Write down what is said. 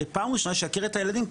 פעם ראשונה שיכיר את הילדים,